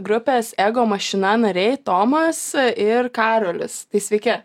grupės ego mašina nariai tomas ir karolis tai sveiki